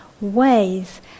ways